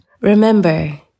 Remember